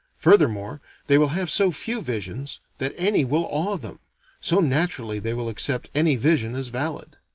furthermore they will have so few visions, that any will awe them so naturally they will accept any vision as valid.